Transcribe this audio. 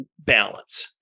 balance